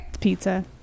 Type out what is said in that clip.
pizza